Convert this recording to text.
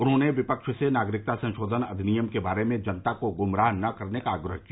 उन्होंने विपक्ष से नागरिकता संशोधन अधिनियम के बारे में जनता को ग्मराह नहीं करने का आग्रह किया